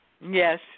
Yes